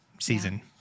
season